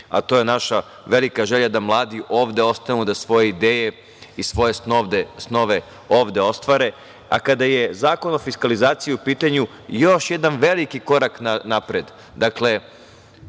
a to je naša velika želja da mladi ovde ostanu, da svoje ideje i svoje snove ovde ostvare. Kada je Zakon o fiskalizaciji u pitanju, još jedan veliki korak napred.